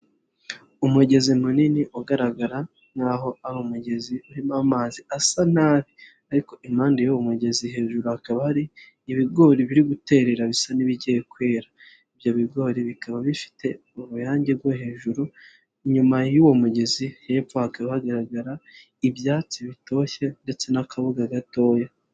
Umugezi munini ugaragara nkaho ari umugezi urimo amazi asa nabi ariko impande y'uwo umugezi hejuru hakaba hari ibigori biri guterera bisa n'ibigiye kwera. Ibyo bigori bikaba bifite uruyange rwo hejuru, inyuma y'uwo mugezi, hepfo hakaba hagaragara ibyatsi bitoshye ndetse n'akabuga gatoya.